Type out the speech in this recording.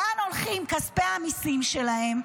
לאן הולכים כספי המיסים שלהם.